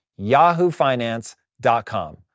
yahoofinance.com